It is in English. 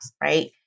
right